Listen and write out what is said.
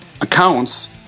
accounts